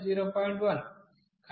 1